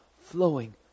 flowing